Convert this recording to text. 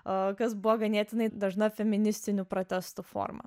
o kas buvo ganėtinai dažna feministinių protestų forma